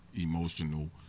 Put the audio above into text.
emotional